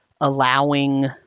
allowing